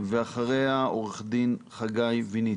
ואחרי עורך דין חגי וניצקי.